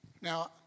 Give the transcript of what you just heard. Now